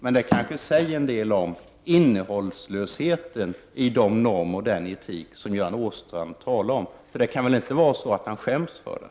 Men det kanske säger en del om innehållslösheten i de normer och den etik som Göran Åstrand talar om. För det kan väl inte vara så att han skäms för dem.